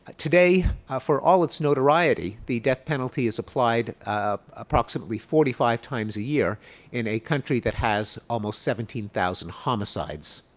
today for all its notoriety, the death penalty is applied um approximately forty five times a year in a country that has almost seventeen thousand homicides.